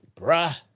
bruh